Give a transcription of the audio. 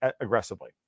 aggressively